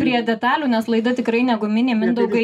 prie detalių nes laida tikrai ne guminė mindaugai